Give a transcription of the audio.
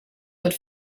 wird